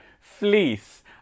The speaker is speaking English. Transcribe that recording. fleece